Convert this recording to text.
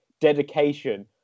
dedication